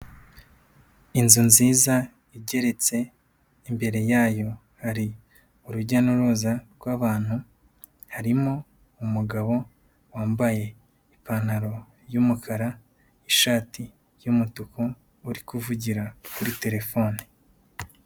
Inzu nziza igeretse, imbere yayo hari urujya n'uruza rw'abantu, harimo umugabo wambaye ipantaro y'umukara, ishati y'umutuku, uri kuvugira kuri terefone.